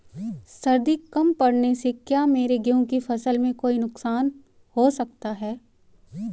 सर्दी कम पड़ने से क्या मेरे गेहूँ की फसल में कोई नुकसान हो सकता है?